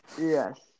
Yes